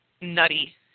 nutty